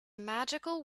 magical